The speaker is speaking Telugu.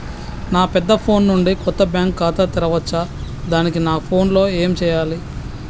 నా పెద్ద ఫోన్ నుండి కొత్త బ్యాంక్ ఖాతా తెరవచ్చా? దానికి నా ఫోన్ లో ఏం చేయాలి?